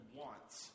wants